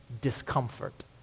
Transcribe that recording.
discomfort